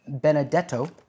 Benedetto